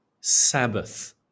Sabbath